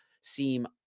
seem